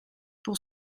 pour